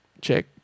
check